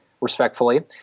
respectfully